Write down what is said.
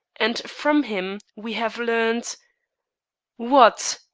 and from him we have learned what?